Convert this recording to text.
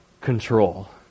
control